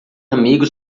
amigos